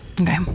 Okay